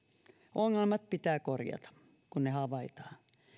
ongelmat pitää korjata kun ne havaitaan